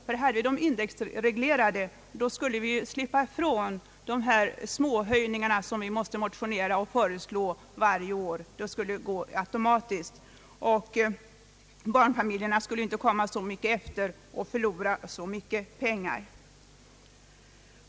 Om dessa vore indexreglerade, skulle vi slippa ifrån de småhöjningar som vi måste motionera om varje år. Då skulle de ske automatiskt. Barnfamiljerna skulle inte komma så mycket efter och förlora så mycket pengar..